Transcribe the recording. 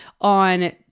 on